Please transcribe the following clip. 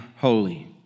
holy